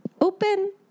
open